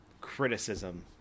criticism